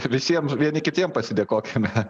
visiems vieni kitiem pasidėkokime